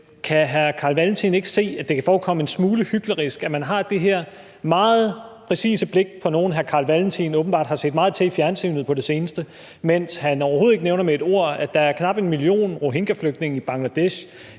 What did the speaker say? kan hr. Carl Valentin ikke se, at det kan forekomme en smule hyklerisk, at man har det her meget præcise blik for nogle, hr. Carl Valentin åbenbart har set meget til i fjernsynet på det seneste, mens han overhovedet ikke nævner med at ord, at der er knap 1 million rohingyaflygtninge i Bangladesh,